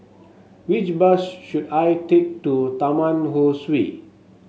which bus should I take to Taman Ho Swee